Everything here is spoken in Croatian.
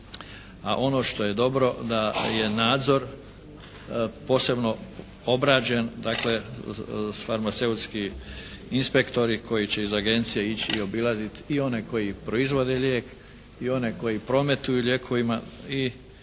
a ono što je dobro da je nadzor posebno obrađen, dakle farmaceutski inspektori koji će iz agencije ići i obilaziti i one koji proizvode lijek i one koji prometuju lijekovima i